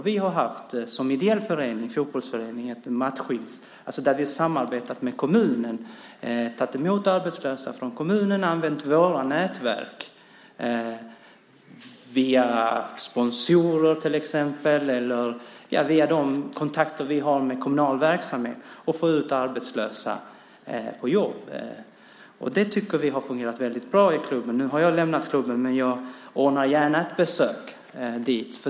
Vi har som ideell fotbollsförening haft ett samarbete med kommunen. Vi har tagit emot arbetslösa från kommunen och använt våra nätverk via till exempel sponsorer och de kontakter vi har med kommunal verksamhet för att få ut arbetslösa på jobb. Det tycker vi har fungerat väldigt bra i klubben. Jag har nu lämnat klubben, men jag ordnar gärna ett besök dit.